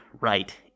right